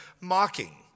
mocking